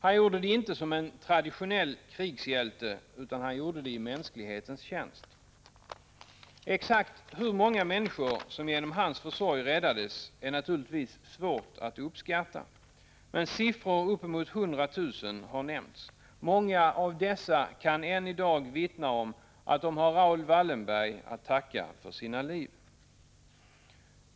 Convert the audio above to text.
Han gjorde det inte som en traditionell krigshjälte, utan han gjorde det i mänsklighetens tjänst. Exakt hur många människor som räddades genom hans försorg är naturligtvis svårt att uppskatta, men siffror uppemot 100 000 har nämnts. Ännu i dag kan många av dessa människor vittna om att de har Raoul Wallenberg att tacka för sina liv.